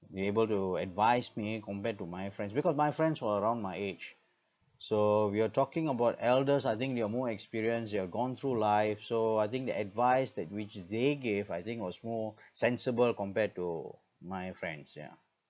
be able to advise me compared to my friends because my friends were around my age so we're talking about elders I think they are more experienced they have gone through life so I think the advice that which is they gave I think was more sensible compared to my friends yeah